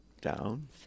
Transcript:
down